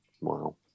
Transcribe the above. wow